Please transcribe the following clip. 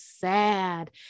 sad